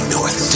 North